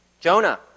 Jonah